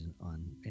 on